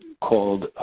called,